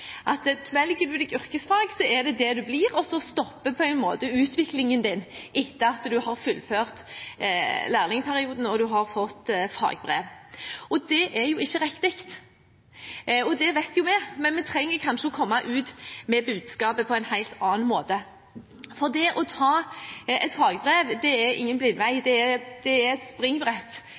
at velger man seg yrkesfag, er det det man blir, og så stopper man utviklingen etter at man har fullført lærlingperioden og fått fagbrev. Det er ikke riktig, og det vet jo vi, men vi trenger kanskje å komme ut med budskapet på en helt annen måte. Det å ta et fagbrev er ingen blindvei, det er et springbrett